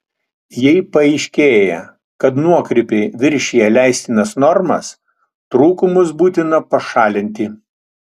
jei paaiškėja kad nuokrypiai viršija leistinas normas trūkumus būtina pašalinti